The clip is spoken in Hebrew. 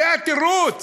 זה התירוץ?